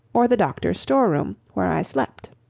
or the doctor's store-room, where i slept.